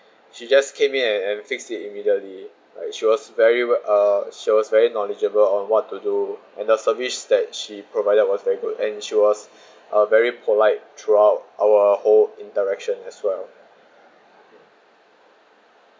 she just came in and and fix it immediately like she was very uh she was very knowledgeable on what to do and the service that she provided was very good and she was uh very polite throughout our whole in direction as well